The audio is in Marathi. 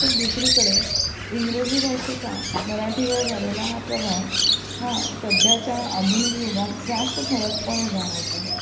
तर दुसरीकडे इंग्रजी भाषेचा मराठीवर झालेला हा प्रभाव हा सध्याच्या आधुनिक युगात जास्त ठळकपणे जाणवतो